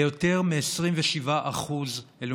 ליותר מ-27% מאוכלוסיית ישראל,